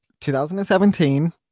2017